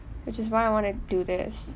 which is why I want to do this